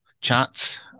chats